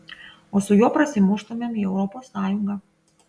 o su juo prasimuštumėm į europos sąjungą